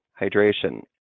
hydration